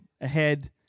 ahead